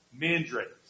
mandrakes